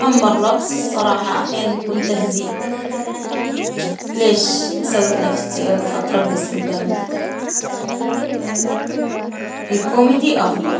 أما الرقص الصراحة أحيانا يكون تهزيء، ليش أسوي في نفسي أقف أترقص قدام الناس الكوميدي أفضل.